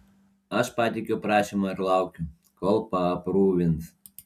aš pateikiau prašymą ir laukiu kol paaprūvins